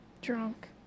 drunk